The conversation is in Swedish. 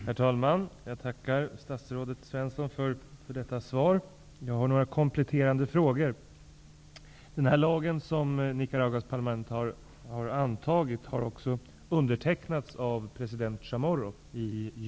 Herr talman! Jag tackar statrådet Alf Svensson för detta svar. Jag har några kompletterande frågor. Den lag som Nicaraguas parlament har antagit undertecknades i juli av president Chamorro.